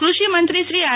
કૃષિ મંત્રીશ્રી આર